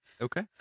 okay